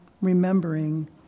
remembering